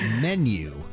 Menu